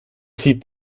sieht